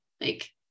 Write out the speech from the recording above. like-